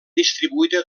distribuïda